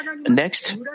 Next